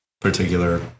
particular